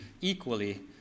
equally